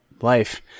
life